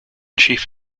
chief